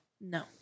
no